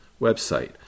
website